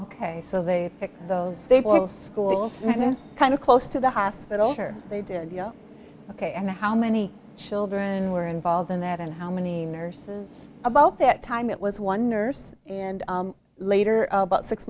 ok so they picked those schools kind of close to the hospital they did you know ok and how many children were involved in that and how many nurses about that time it was one nurse and later about six